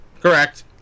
Correct